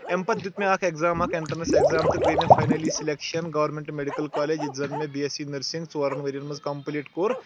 اَمہِ پَتہٕ دیُت مےٚ اَتھ اکھ ایٚکزام اکھ ایٚنٹرَنٕس ایٚکزام تہٕ گٔے مےٚ finally selection government medical college ییٚتہِ زَن مےٚ بی ایٚس سی نٔرسِنٛگ ژورَن ؤرۍ یَن منٛز کَمپٕلیٖٹ کوٚر